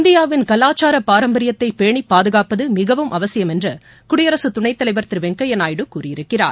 இந்தியாவின் கலாச்சார பாரம்பரியத்தை பேணி பாதுகாப்பது மிகவும் அவசியம் என்று குடியரசு துணைத்தலைவர் திரு வெங்கையா நாயுடு கூறியிருக்கிறார்